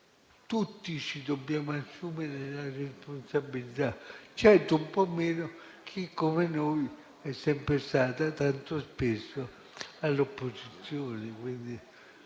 Tutti ci dobbiamo assumere la responsabilità. Certo, un po' meno chi, come noi, è stato tanto spesso all'opposizione.